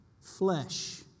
flesh